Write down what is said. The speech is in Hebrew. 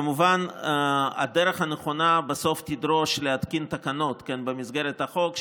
כמובן הדרך הנכונה בסוף תדרוש להתקין תקנות במסגרת החוק,